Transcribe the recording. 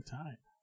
time